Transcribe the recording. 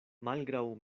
malgraŭ